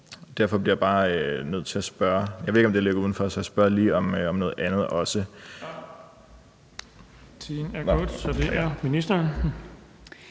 jeg bliver bare nødt til at spørge om noget andet også